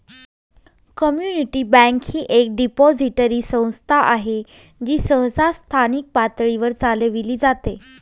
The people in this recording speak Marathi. कम्युनिटी बँक ही एक डिपॉझिटरी संस्था आहे जी सहसा स्थानिक पातळीवर चालविली जाते